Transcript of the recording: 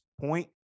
point